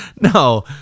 no